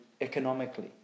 economically